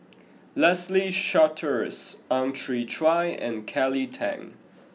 Leslie Charteris Ang Chwee Chai and Kelly Tang